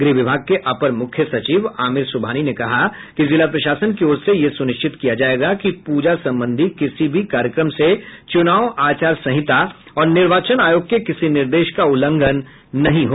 गृह विभाग के अपर मुख्य सचिव आमिर सुबहानी ने कहा कि जिला प्रशासन की ओर से यह सुनिश्चित किया जायेगा कि पूजा संबंधी किसी भी कार्यक्रम से चुनाव आचार संहिता और निर्वाचन आयोग के किसी निर्देश का उल्लंघन न हो